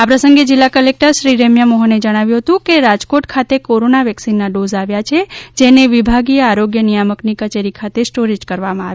આ પ્રસંગે જિલ્લા કલેક્ટરશ્રી રેમ્યા મોહને જણાવ્યું કે રાજકોટ ખાતે કોરોના વેકસીનના ડોઝ આવ્યા છે જેને વિભાગીય આરોગ્ય નિયામકની કચેરી ખાતે સ્ટોરેજ કરવામાં આવ્યા છે